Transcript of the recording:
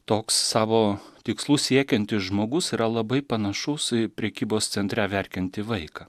toks savo tikslų siekiantis žmogus yra labai panašus į prekybos centre verkiantį vaiką